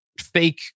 fake